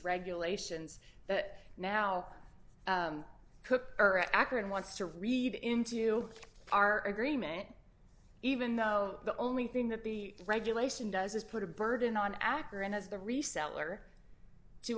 regulations that now cook or akron wants to read into our agreement even though the only thing that the regulation does is put a burden on akron as the reseller to